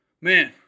Man